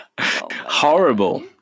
Horrible